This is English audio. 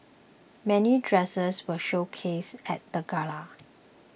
many dresses were showcased at the gala